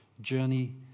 journey